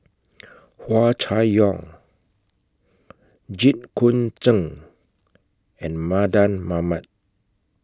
Hua Chai Yong Jit Koon Ch'ng and Mardan Mamat